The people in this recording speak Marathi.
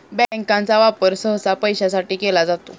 बँकांचा वापर सहसा पैशासाठी केला जातो